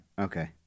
Okay